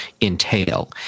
entail